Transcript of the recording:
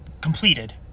completed